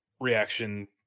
reaction